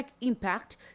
impact